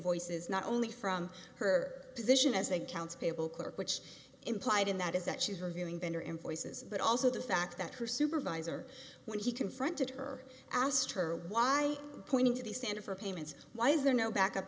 voices not only from her position as a count's payable clerk which implied in that is that she's revealing bender and poises but also the fact that her supervisor when he confronted her asked her why pointing to the standard for payments why is there no backup